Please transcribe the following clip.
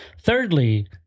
thirdly